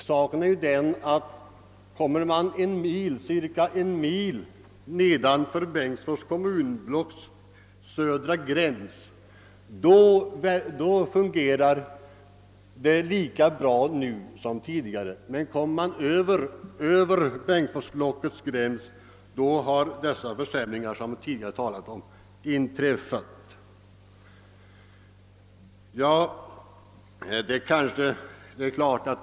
Saken är nämligen den att cirka en mil nedanför Bengtsfors kommunblocks södra gräns fungerar transporterna lika bra nu som tidigare, men på andra sidan den gränsen har de förändringar inträffat som jag här har talat om.